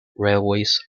railways